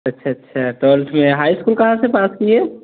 अच्छा अच्छा ट्वेल्थ में हाई स्कूल कहाँ से पास किए